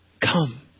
come